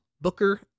Booker